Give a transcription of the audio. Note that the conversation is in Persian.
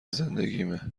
زندگیمه